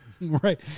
right